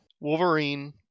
Wolverine